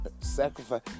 Sacrifice